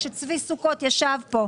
כך אמר צבי סוכות כשהוא ישב כאן.